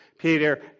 Peter